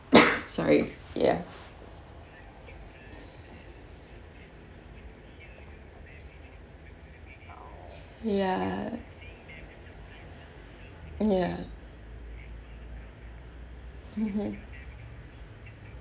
sorry ya ya ya mmhmm